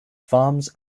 farms